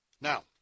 Now